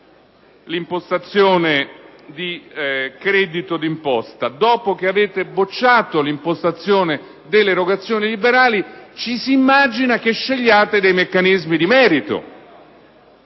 l'impostazione di credito d'imposta e l'impostazione delle erogazioni liberali, ci si immagina che scegliate dei meccanismi di merito